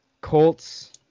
Colts